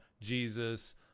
Jesus